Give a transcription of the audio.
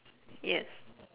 yes